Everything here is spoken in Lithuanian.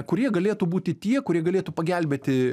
kur jie galėtų būti tie kurie galėtų pagelbėti